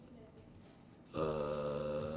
uh